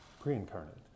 pre-incarnate